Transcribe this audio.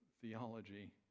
theology